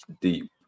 deep